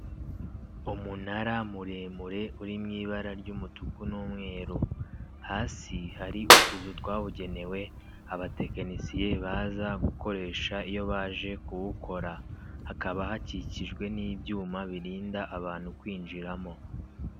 Umunara muremure uri mu ibara ry'umutuku n'umweru, hasi hari utuzu twabugenewe abatekinisiye baza gukoresha iyo baje kuwukora, hakaba hakikijwe n'ibyuma birinda abantu kwinjiramo.